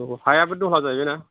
औ हायाबो दहला जाहैबाय ना